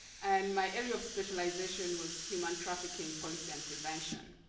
and my area of specialization was human trafficking policy and prevention.